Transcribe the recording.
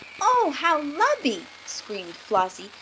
oh, how lubby! screamed flossie.